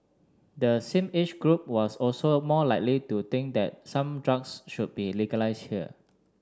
the same age group was also more likely to think that some drugs should be legalised here